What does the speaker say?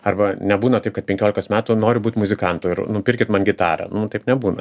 arba nebūna taip kad penkiolikos metų noriu būt muzikantu ir nupirkit man gitarą nu taip nebūna